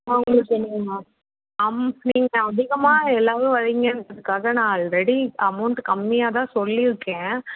அவங்களுக்கு வேணுமா அம் நீங்கள் அதிகமாக எல்லோரும் வர்றீங்கன்றதுக்காக நான் ஆல்ரெடி அமௌண்ட்டு கம்மியாக தான் சொல்லிருக்கேன்